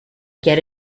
get